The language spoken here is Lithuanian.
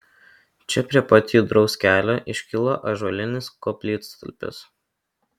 čia prie pat judraus kelio iškilo ąžuolinis koplytstulpis